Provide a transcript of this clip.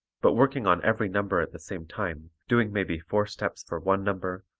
but working on every number at the same time, doing maybe four steps for one number,